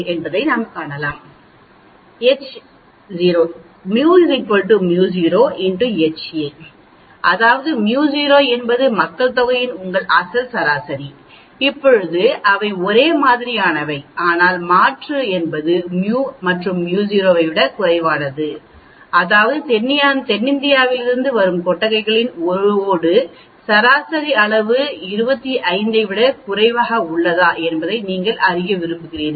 H0 μ μo Ha μ • μo அதாவது μo என்பது மக்கள்தொகையின் உங்கள் அசல் சராசரி இப்போது அவை ஒரே மாதிரியானவை ஆனால் மாற்று என்பது μ μo ஐ விடக் குறைவு அதாவது தென்னிந்தியாவிலிருந்து வரும் கொட்டகையின் ஓடு சராசரி அளவு இந்த 25 ஐ விடக் குறைவாக உள்ளதா என்பதை நீங்கள் அறிய விரும்புகிறீர்கள்